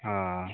अँ